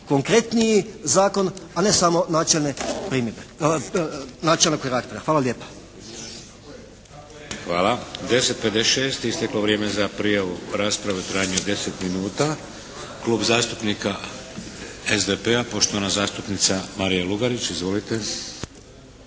Hvala lijepa. **Šeks, Vladimir (HDZ)** Hvala. 10,56 isteklo vrijeme za prijavu rasprave u trajanju od 10 minuta. Klub zastupnika SDP-a, poštovana zastupnica Marija Lugarić. Izvolite.